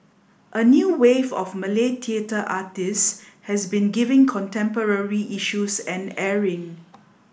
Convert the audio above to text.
a new wave of Malay theatre artists has been giving contemporary issues an airing